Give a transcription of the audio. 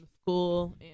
school